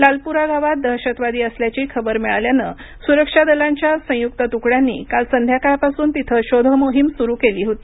लालपुरा गावात दहशतवादी असल्याची खबर मिळाल्यानं सुरक्षा दलांच्या संयुक्त तुकड्यांनी काल संध्याकाळपासून तिथं शोधमोहीम सुरू केली होती